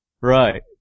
Right